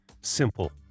Simple